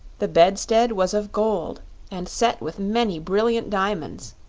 the bedstead was of gold and set with many brilliant diamonds,